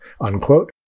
unquote